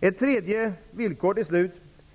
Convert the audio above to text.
Ett tredje villkor